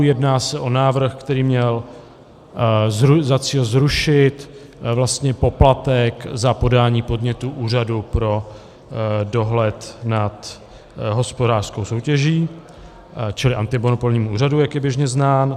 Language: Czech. Jedná se o návrh, který měl za cíl zrušit vlastně poplatek za podání podnětu Úřadu pro dohled nad hospodářskou soutěží, čili antimonopolnímu úřadu, jak je běžně znám.